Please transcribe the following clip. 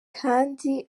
kandi